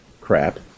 crap